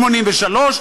83%,